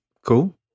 cool